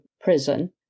prison